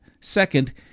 Second